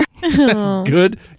Good